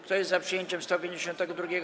Kto jest za przyjęciem 152.